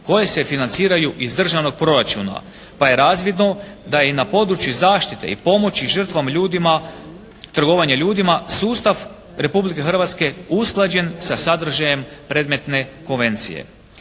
koje se financiraju iz državnog proračuna, pa je razvidno da je i na području zaštite i pomoći žrtvama ljudima, trgovanja ljudima sustav Republike Hrvatske usklađen sa sadržajem predmetne konvencije.